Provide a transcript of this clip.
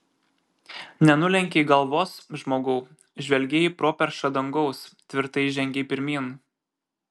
nenulenkei galvos žmogau žvelgei į properšą dangaus tvirtai žengei pirmyn